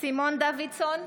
סימון דוידסון,